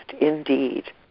indeed